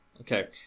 Okay